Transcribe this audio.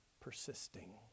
persisting